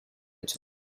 that